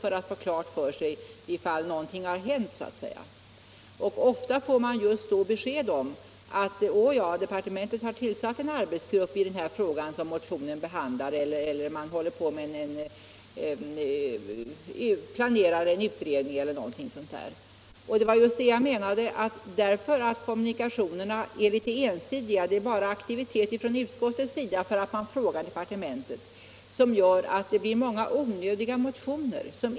Från sekretariatet kan vi få besked om ifall någonting har hänt, och ofta får vi just beskedet att departementet har tillsatt en arbetsgrupp i en fråga som en aktuell motion behandlar, eller att man planerar en utredning eller något liknande. Vad jag ville säga var att kommunikationerna är något ensidiga, eftersom det är aktivitet endast från utskottens sida, inte från departementens. Det är detta som gör att många onödiga motioner väcks.